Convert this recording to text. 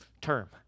term